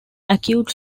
acute